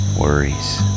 worries